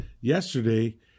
yesterday